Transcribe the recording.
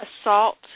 assault